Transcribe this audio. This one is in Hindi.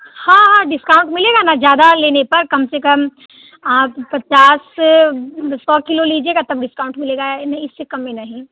हाँ हाँ डिस्काउंट मिलेगा ना ज़्यादा लेने पर कम से कम आप पचास सौ किलो लीजिएगा तब डिस्काउंट मिलेगा नहीं इससे कम में नहीं